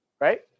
Right